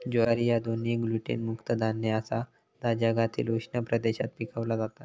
ज्वारी ह्या दोन्ही ग्लुटेन मुक्त धान्य आसा जा जगातील उष्ण प्रदेशात पिकवला जाता